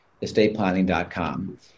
estateplanning.com